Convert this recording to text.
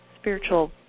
spiritual